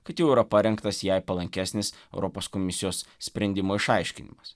kad jau yra parengtas jai palankesnis europos komisijos sprendimo išaiškinimas